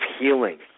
healing